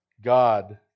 God